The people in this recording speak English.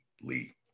Lee